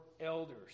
elders